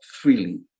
freely